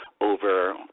over